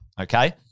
okay